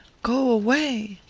go away!